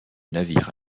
navire